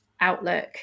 outlook